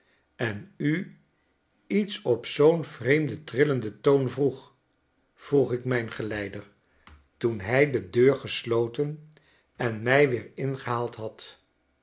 en u iets op zoo'n vreemden trillenden toon vroeg vroeg ik mijn geleider toen hij de deur gesloten en mij weer ingehaald had